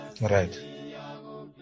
Right